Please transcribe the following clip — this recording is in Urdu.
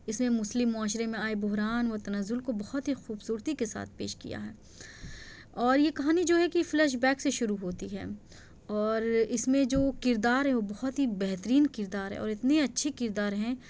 اِس میں مسلم معاشرے میں آئے بحران و تنزل کو بہت ہی خوبصورتی کے ساتھ پیش کیا ہے اور یہ کہانی جو ہے کہ فلش بیک سے شروع ہوتی ہے اور اِس میں جو کردار ہے وہ بہت ہی بہترین کردار ہے اور اتنی اچھی کردار ہیں